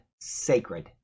sacred